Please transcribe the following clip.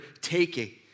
taking